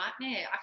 nightmare